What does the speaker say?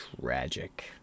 Tragic